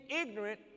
ignorant